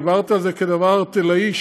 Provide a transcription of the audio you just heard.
דיברת על זה כדבר ערטילאי,